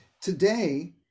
today